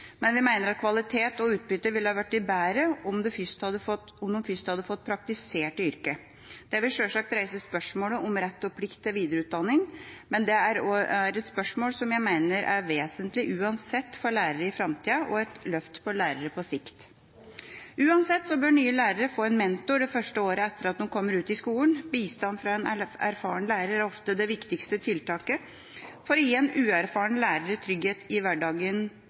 Men vi mener at kvaliteten og utbyttet ville blitt bedre om de først hadde fått praktisert i yrket. Det vil sjølsagt reise spørsmålet om rett og plikt til videreutdanning, men det er et spørsmål jeg mener er vesentlig uansett for lærere i framtida, og et løft for lærere på sikt. Uansett bør nye lærere få en mentor det første året etter at de kommer ut i skolen. Bistand fra en erfaren lærer er ofte det viktigste tiltaket for å gi en uerfaren lærer trygghet i hverdagen